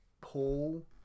paul